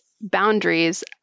boundaries